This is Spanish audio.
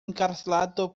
encarcelado